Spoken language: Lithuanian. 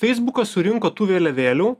feisbukas surinko tų vėliavėlių